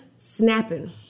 snapping